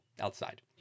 outside